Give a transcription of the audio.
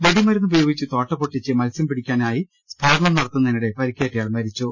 വെടിമരുന്നുപയോഗിച്ച് തോട്ട പൊട്ടിച്ച് മത്സ്യം പിടിക്കാനായി സ്ഫോടനം നടത്തുന്നതിനിടെ പരിക്കേറ്റയാൾ മരിച്ചു